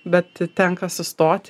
bet tenka sustot